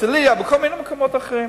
בהרצלייה ובכל מיני מקומות אחרים.